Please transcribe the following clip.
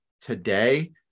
today